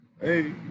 Hey